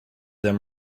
them